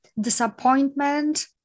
disappointment